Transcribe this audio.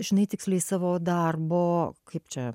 žinai tiksliai savo darbo kaip čia